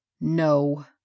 No